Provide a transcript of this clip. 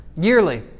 yearly